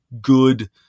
good